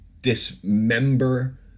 dismember